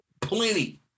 Plenty